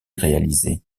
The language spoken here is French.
réalisé